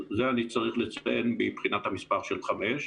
זה אני צריך לציין מבחינת המספר של חמש.